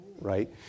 right